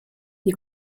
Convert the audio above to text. die